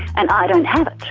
and i don't have it.